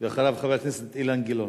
ואחריו, חבר הכנסת אילן גילאון.